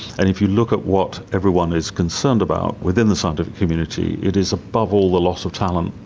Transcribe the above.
and if you look at what everyone is concerned about within the scientific community, it is above all the loss of talent.